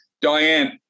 Diane